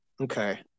Okay